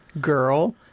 girl